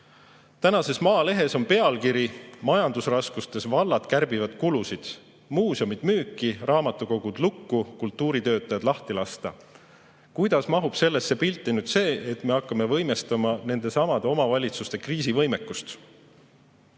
Tänases Maalehes on pealkiri: "Majandusraskustes vallad kärbivad kulusid: muuseumid müüki, raamatukogud lukku, kultuuritöötajad lahti lasta ..." Kuidas mahub sellesse pilti nüüd see, et me hakkame võimestama nendesamade omavalitsuste kriisivõimekust?